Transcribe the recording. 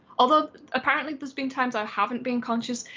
although apparently there's been times i haven't been conscious.